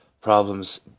problems